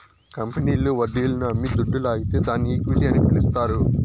కంపెనీల్లు వడ్డీలను అమ్మి దుడ్డు లాగితే దాన్ని ఈక్విటీ అని పిలస్తారు